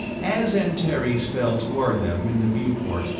as antares fell toward them in the viewport,